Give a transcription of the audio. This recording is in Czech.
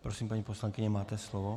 Prosím, paní poslankyně, máte slovo.